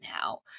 now